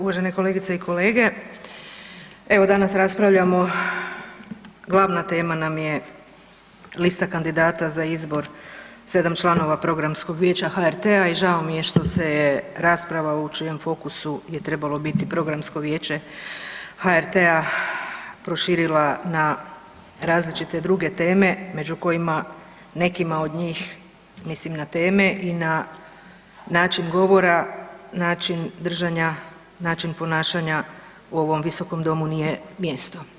Uvažene kolegice i kolege, evo danas raspravljamo, glavna tema nam je lista kandidata za izbor 7 članova Programskog vijeća HRT-a i žao mi je što se rasprava u čijem fokusu je trebalo biti Programsko vijeće HRT-a proširila na različite druge teme među kojima nekima od njih, mislim na teme i na način govora, način držanja, način ponašanja u ovom visokom domu nije mjesto.